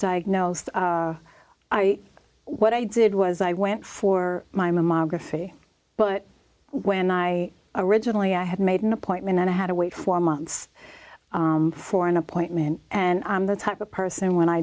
diagnosed i what i did was i went for my mammography but when i originally i had made an appointment and i had to wait four months for an appointment and i'm the type of person when i